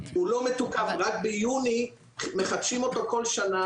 הוא לא מתוקף, רק ביוני מחדשים אותו כל שנה.